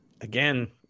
Again